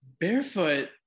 barefoot